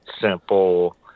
simple